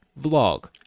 vlog